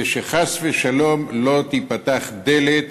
ושחס ושלום לא תיפתח דלת